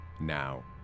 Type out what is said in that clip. Now